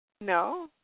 No